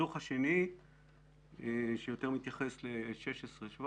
הדוח השני שיותר מתייחס לשנים 2017-2016